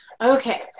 Okay